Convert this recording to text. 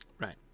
right